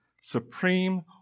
supreme